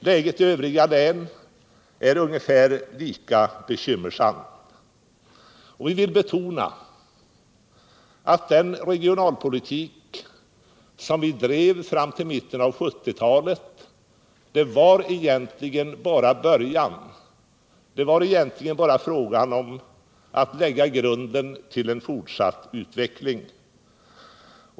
Läget i övriga län är nästan lika bekymmersamt. Vi vill betona att den regionalpolitik som vi drev fram till mitten av 1970 talet egentligen bara utgjorde grunden för en fortsatt utveckling.